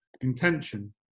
intention